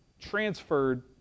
transferred